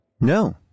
No